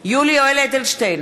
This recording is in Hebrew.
יולי יואל אדלשטיין,